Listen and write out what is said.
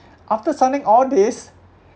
after signing all these